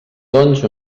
doncs